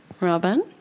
Robin